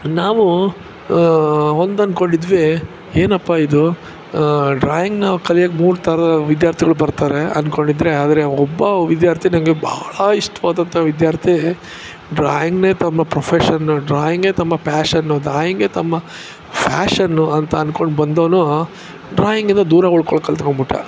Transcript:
ನಾವು ಒಂದನ್ಕೊಂಡಿದ್ವಿ ಏನಪ್ಪ ಇದು ಡ್ರಾಯಿಂಗನ್ನ ಕಲಿಯೋಕೆ ಮೂರು ಥರ ವಿದ್ಯಾರ್ಥಿಗಳು ಬರ್ತಾರೆ ಅಂದ್ಕೊಂಡಿದ್ರೆ ಆದರೆ ಒಬ್ಬ ವಿದ್ಯಾರ್ಥಿ ನನಗೆ ಬಹಳ ಇಷ್ಟವಾದಂತ ವಿದ್ಯಾರ್ಥಿ ಡ್ರಾಯಿಂಗನ್ನೆ ತಮ್ಮ ಪ್ರೊಫೆಷನ್ ಡ್ರಾಯಿಂಗೇ ತಮ್ಮ ಪ್ಯಾಷನು ಡ್ರಾಯಿಂಗೇ ತಮ್ಮ ಫ್ಯಾಷನು ಅಂತ ಅಂದ್ಕೊಂಡ್ ಬಂದವ್ನು ಡ್ರಾಯಿಂಗಿಂದ ದೂರ ಉಳ್ಕೊಳಕ್ಕೆ ಕಲ್ತುಕೊಂಡ್ಬಿಟ್ಟ